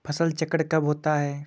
फसल चक्रण कब होता है?